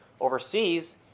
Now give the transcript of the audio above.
overseas